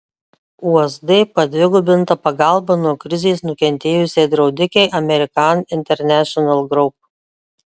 usd padvigubinta pagalba nuo krizės nukentėjusiai draudikei american international group